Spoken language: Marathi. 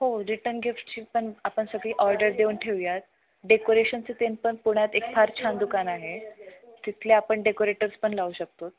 हो रिटर्न गिफ्टची पण आपण सगळी ऑर्डर देऊन ठेवूया डेकोरेशनचे तेन पण पुण्यात एक फार छान दुकान आहे तिथले आपण डेकोरेटर्स पण लावू शकतात